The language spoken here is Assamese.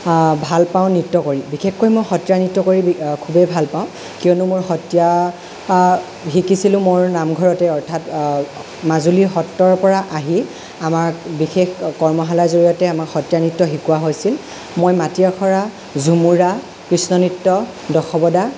ভাল পাওঁ নৃত্য কৰি বিশেষকৈ মই সত্ৰীয়া নৃত্য কৰি খুবেই ভাল পাওঁ কিয়নো মোৰ সত্ৰীয়া শিকিছিলোঁ মোৰ নামঘৰতেই অৰ্থাৎ মাজুলীৰ সত্ৰৰ পৰা আহি আমাক বিশেষ কৰ্মশালাৰ জৰিয়তে আমাক সত্ৰীয়া নৃত্য শিকোৱা হৈছিল মই মাটি আখৰা ঝুমুৰা কৃষ্ণ নৃত্য দশৱতাৰ